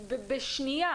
בשנייה,